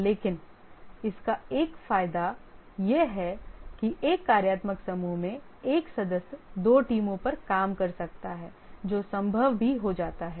लेकिन इसका एक फायदा यह है कि एक कार्यात्मक समूह में एक सदस्य दो टीमों पर काम कर सकता है जो संभव भी हो जाता है